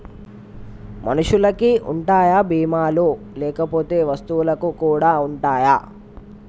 మనుషులకి ఉంటాయా బీమా లు లేకపోతే వస్తువులకు కూడా ఉంటయా?